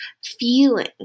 feeling